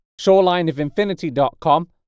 shorelineofinfinity.com